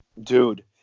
Dude